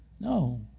No